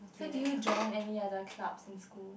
so do you join any other clubs in school